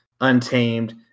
Untamed